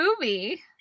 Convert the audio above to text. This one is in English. movie